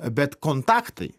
bet kontaktai